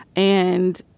and